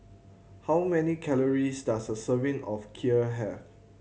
how many calories does a serving of Kheer have